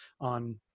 on